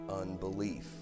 unbelief